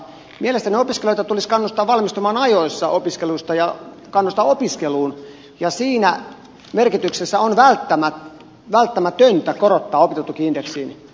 mielestäni opiskelijoita tulisi kannustaa valmistumaan ajoissa opiskeluista ja kannustaa opiskeluun ja siinä merkityksessä on välttämätöntä korottaa opintotuki indeksiin